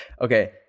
okay